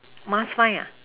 must find ah